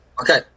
Okay